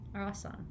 Awesome